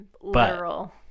literal